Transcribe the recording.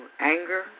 anger